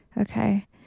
Okay